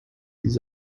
his